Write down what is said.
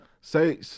Say